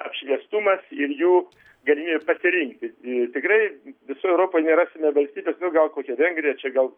apšviestumas ir jų galimybė pasirinkti tikrai visoj europoj nerasime valstybės nu gal kokia vengrija čia gal